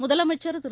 முதலமைச்சர் திரு